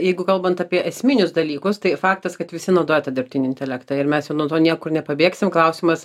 jeigu kalbant apie esminius dalykus tai faktas kad visi naudoja tą dirbtinį intelektą ir mes nuo to niekur nepabėgsim klausimas